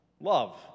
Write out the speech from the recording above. Love